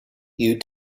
you